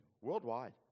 worldwide